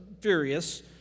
furious